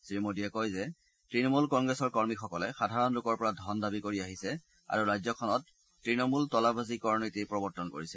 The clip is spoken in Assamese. শ্ৰীমোডীয়ে কয় যে ত়ণমূল কংগ্ৰেছৰ কৰ্মীসকলে সাধাৰণ লোকৰ পৰা ধন দাবী কৰি আহিছে আৰু ৰাজ্যখনত ত়ণমূল তলাবাজি কৰ নীতি প্ৰৱৰ্তন কৰিছে